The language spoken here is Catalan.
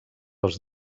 els